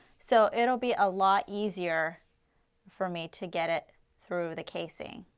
so it will be a lot easier for me to get it through the casing